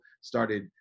started